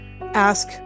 ask